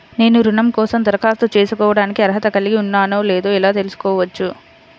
నేను రుణం కోసం దరఖాస్తు చేసుకోవడానికి అర్హత కలిగి ఉన్నానో లేదో ఎలా తెలుసుకోవచ్చు?